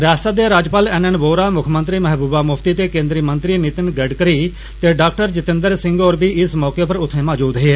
रियासता दे राज्यपाल एन एन वोहरा मुक्खमंत्री महबूबा मुफ्ती ते केंद्री मंत्री नितिन गडकरी ते डॉ जितेंद्र सिंह होर बी इस मौके पर उत्थे मजूद हे